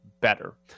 better